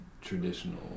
traditional